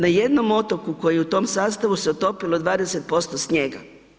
Na jednom otoku koji je u tom sastavu se otopilo 20% snijega.